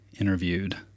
interviewed